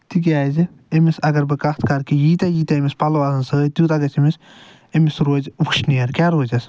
تِکیازِ تٔمِس اَگر بہٕ کَتھ کرٕ کہِ ییٖتیاہ ییٖتیاہ أمِس پَلو اَنو سۭتۍ تیوٗتاہ گژھِ أمِس أمِس روزِ وُشنٮ۪ر کیاہ روزٮ۪س